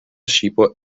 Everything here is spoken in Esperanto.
ŝipo